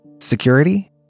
Security